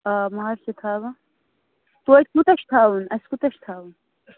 آ مَہر چھِ تھاوان تویتہِ کوٗتاہ چھُ تھاوُن اَسہِ کوٗتاہ چھِ تھاوُن